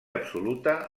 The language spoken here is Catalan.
absoluta